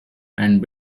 and